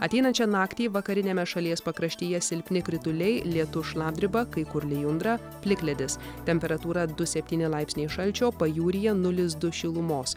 ateinančią naktį vakariniame šalies pakraštyje silpni krituliai lietus šlapdriba kai kur lijundra plikledis temperatūra du septyni laipsniai šalčio pajūryje nulis du šilumos